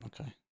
Okay